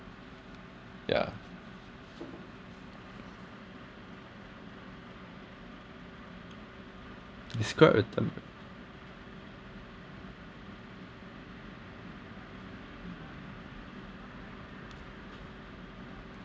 ya describe item that